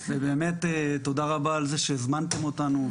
תודה רבה על זה שהזמנתם אותנו,